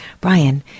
Brian